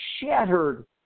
shattered